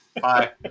Bye